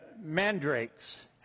mandrakes